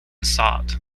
sought